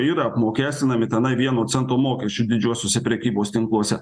yra apmokestinami tenai vieno cento mokesčiu didžiuosiuose prekybos tinkluose